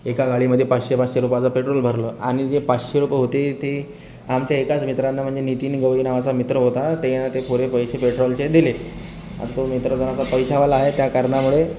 एका गाडीमध्ये पाचशे पाचशे रुपयाचं पेट्रोल भरलं आणि जे पाचशे रुपये होते ते आमच्या एकाच मित्रानं म्हणजे नितीन गवळी नावाचा मित्र होता त्याने ते पुरे पैसे पेट्रोलचे दिले आता तो मित्र जरासा पैसेवाला आहे त्या कारनामुळे